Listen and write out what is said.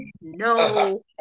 no